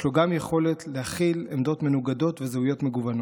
יש לו גם יכולת להכיל עמדות מנוגדות וזהויות מגוונות.